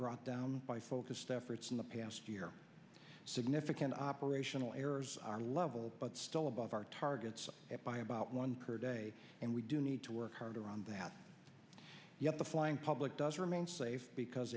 brought down by focused efforts in the past year significant operational errors are level but still above our targets by about one per day and we do need to work harder on that yet the flying public does remain safe because